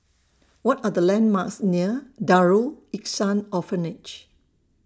What Are The landmarks near Darul Ihsan Orphanage